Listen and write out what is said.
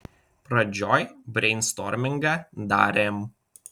pradžioj breinstormingą darėm